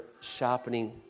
sharpening